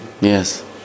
Yes